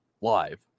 live